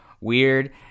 weird